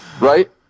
right